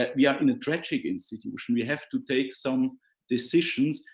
ah we are in a tragic institution. we have to take some decisions.